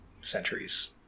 centuries